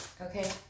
okay